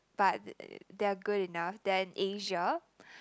but th~ they are good enough they are in Asia